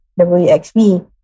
WXB